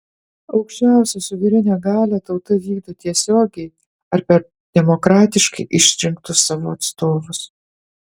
aukščiausią suverenią galią tauta vykdo tiesiogiai ar per demokratiškai išrinktus savo atstovus